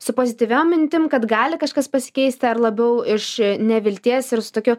su pozityviom mintim kad gali kažkas pasikeisti ar labiau iš nevilties ir su tokiu